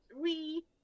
three